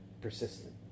persistent